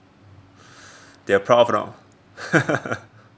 that you're proud of or not